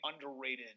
underrated